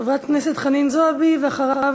חברת הכנסת חנין זועבי, ואחריה,